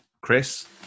Chris